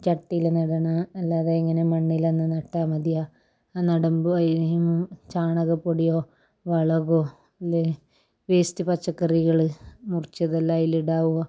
ചട്ടിയിൽ നടണോ അല്ലാതെ ഇങ്ങനെ മണ്ണിലാന്ന് നട്ടാൽ മതിയോ ആ നടുമ്പോൾ ചാണകപ്പൊടിയോ വളമോ അല്ല വേസ്റ്റ് പച്ചക്കറികൾ മുറിച്ചതെല്ലാം അതിൽ ഇടാമോ